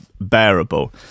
bearable